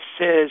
says